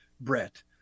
Brett